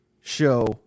show